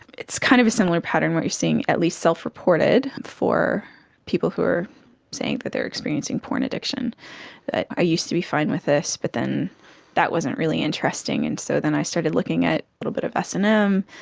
it's kind of a similar pattern where you are seeing at least self-reported for people who are saying that they are experiencing porn addiction, that i used to be fine with this but then that wasn't really interesting and so then i started looking at a little bit of s and m,